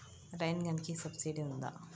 Rain గన్కి subsidy ఉందా?